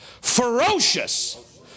ferocious